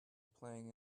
playing